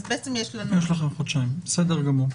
אז יש לכם חודשיים, בסדר גמור.